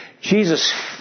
Jesus